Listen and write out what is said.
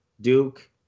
Duke